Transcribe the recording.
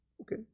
Okay